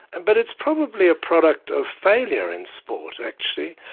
and but it's probably a product of failure in sport actually.